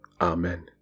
amen